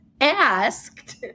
asked